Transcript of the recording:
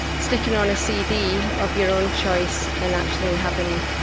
sticking on a cd of your own choice and actually having.